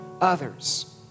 others